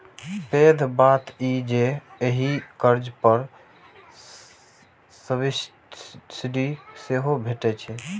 पैघ बात ई जे एहि कर्ज पर सब्सिडी सेहो भैटै छै